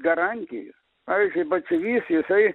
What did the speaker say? garantijų pavyzdžiui batsiuvys jisai